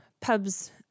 pubs